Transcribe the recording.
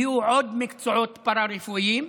יהיו עוד מקצועות פארה-רפואיים,